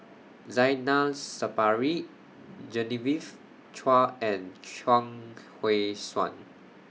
Zainal Sapari Genevieve Chua and Chuang Hui Tsuan